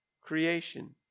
creation